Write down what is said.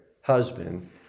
husband